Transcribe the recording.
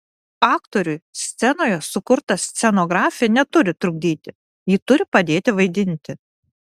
aktoriui scenoje sukurta scenografija neturi trukdyti ji turi padėti vaidinti